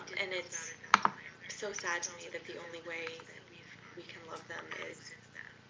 and it's so sad to me that the only way we can love them is